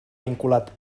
vinculat